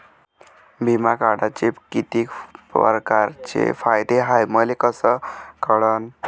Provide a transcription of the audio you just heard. बिमा काढाचे कितीक परकारचे फायदे हाय मले कस कळन?